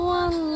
one